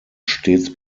stets